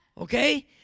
Okay